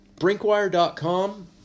BrinkWire.com